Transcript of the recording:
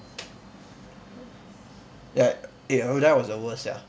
ya eh aerody was the worst sia